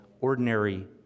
ordinary